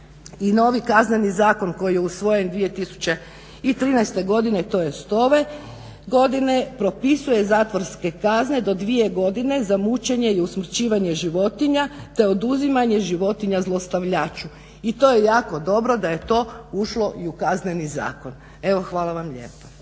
i novi Kazneni zakon koji je usvojen 2013.godine tj. ove godine propisuje zatvorske kazne do dvije godine za mučenje i usmrćivanje životinja te oduzimanje životinja zlostavljaču. I to je jako dobro da je to ušlo i u Kazneni zakon. Evo hvala vam lijepa.